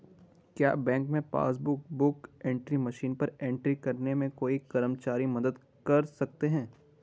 क्या बैंक में passbook book entry machine पर एंट्री करने में कोई कर्मचारी मदद कर सकते हैं?